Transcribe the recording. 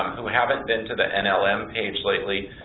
who haven't been to the nlm page lately,